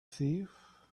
thief